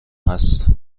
هست